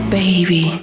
baby